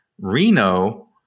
Reno